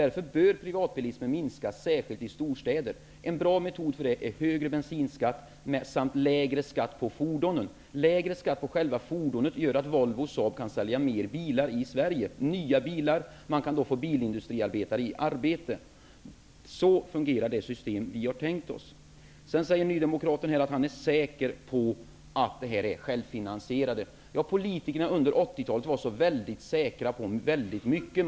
Därför bör privatbilismen minska, särskilt i storstäder. En bra metod för det är högre bensinskatt samt lägre skatt på fordonen. Lägre skatt på själva fordonet gör att Volvo och Saab kan sälja fler bilar i Sverige, nya bilar. Man kan då få bilindustriarbetare i arbete. Så fungerar det system vi har tänkt oss. Sedan säger nydemokraten att han är säker på att skattesänkningar är självfinansierande. Politikerna under 80-talet var väldigt säkra på väldigt mycket.